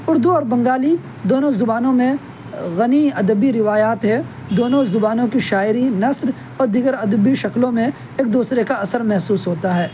اردو اور بنگالی دونوں زبانوں میں غنی ادبی روایات ہے دونوں زبانوں کی شاعری نثر اور دیگر ادبی شکلوں میں ایک دوسرے کا اثر محسوس ہوتا ہے